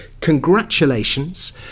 Congratulations